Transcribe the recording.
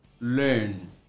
learn